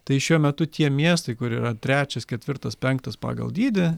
tai šiuo metu tie miestai kur yra trečias ketvirtas penktas pagal dydį